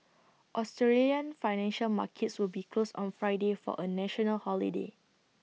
Australian financial markets will be closed on Friday for A national holiday